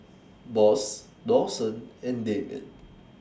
Boss Dawson and Damien